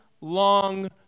long